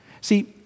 See